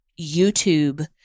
YouTube